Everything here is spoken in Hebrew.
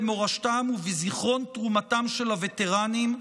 במורשתם ובזיכרון תרומתם של הווטרנים,